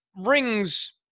rings